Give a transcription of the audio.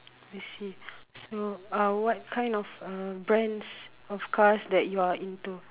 I see so uh what kind of uh brands of cars that you are into